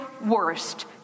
worst